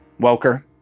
Welker